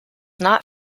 not